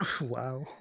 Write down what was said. Wow